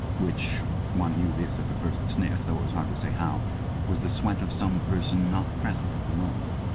which one knew this at the first sniff, though it was hard to say how was the sweat of some person not present at the moment.